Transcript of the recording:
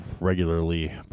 regularly